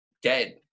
dead